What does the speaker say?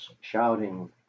shouting